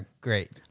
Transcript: great